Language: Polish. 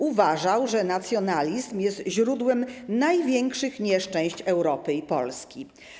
Uważał, że nacjonalizm jest źródłem największych nieszczęść Europy i Polski.